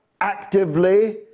actively